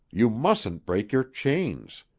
you mustn't break your chains.